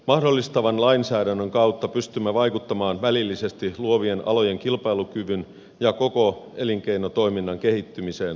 mahdollistavan lainsäädännön kautta pystymme vaikuttamaan välillisesti luovien alojen kilpailukyvyn ja koko elinkeinotoiminnan kehittymiseen maassamme